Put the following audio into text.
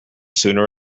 sooner